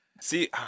see –